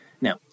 Now